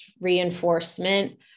reinforcement